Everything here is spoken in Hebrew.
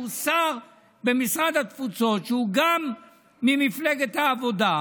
שהוא שר במשרד התפוצות, שהוא גם ממפלגת העבודה,